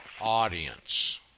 audience